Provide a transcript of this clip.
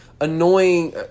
annoying